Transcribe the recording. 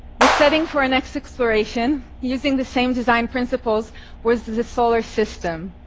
the setting for our next exploration using the same design principles was the solar system.